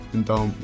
Então